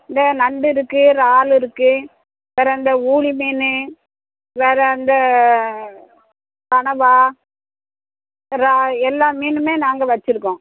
இந்த நண்டு இருக்கு இறால் இருக்கு வேறு அந்த ஊலி மீன் வேறு அந்த கனவாக இறா எல்லா மீனுமே நாங்கள் வச்சுருக்கோம்